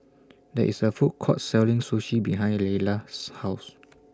There IS A Food Court Selling Sushi behind Layla's House